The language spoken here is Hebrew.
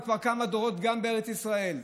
וכבר כמה דורות גם בארץ ישראל,